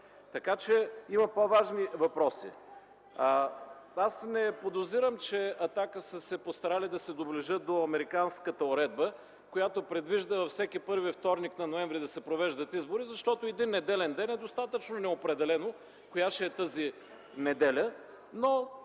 Така че има по-важни въпроси. Аз не подозирам, че „Атака” са се постарали да се доближат до американската уредба, която предвижда във всеки първи вторник на ноември да се провеждат избори, защото един „неделен ден” е достатъчно неопределено коя ще е тази неделя,